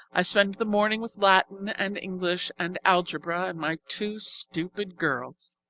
i spend the morning with latin and english and algebra and my two stupid girls.